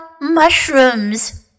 mushrooms